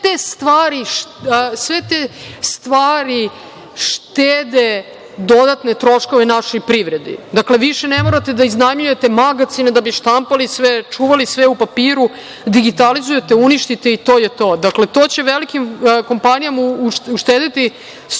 te stvari štede dodatne troškove našoj privredi. Više ne morate da iznajmljujete magacine da bi štampali sve, čuvali sve u papiru, digitalizujete, uništite i to je to. To će velikim kompanijama uštedeti